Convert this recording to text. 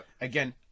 Again